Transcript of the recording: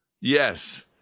Yes